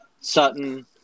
Sutton